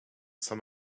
some